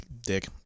Dick